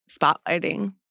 spotlighting